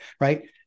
right